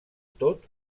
tot